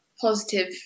positive